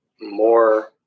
more